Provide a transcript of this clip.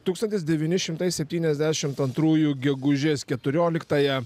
tūkstabtis devyni šimtai septyniasdešimt antrųjų gegužės keturioliktąją